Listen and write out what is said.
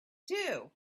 too